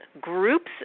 groups